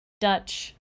Dutch